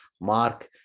Mark